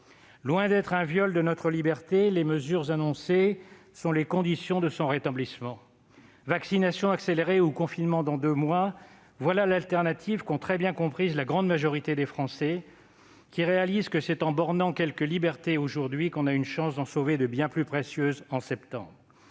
Loin d'être un viol de notre liberté, les mesures annoncées sont les conditions de son rétablissement. Vaccination accélérée ou confinement dans deux mois, telle est l'alternative, comme l'a très bien compris la grande majorité des Français qui réalisent que c'est en limitant quelques libertés aujourd'hui que l'on a une chance d'en sauver de bien plus précieuses en septembre